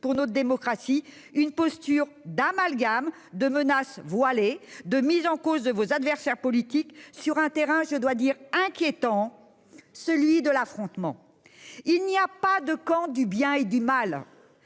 pour notre démocratie, une posture d'amalgame, de menaces voilées, de mise en cause de vos adversaires politiques sur un terrain inquiétant, celui de l'affrontement. Il n'existe pas de camps du bien et du mal,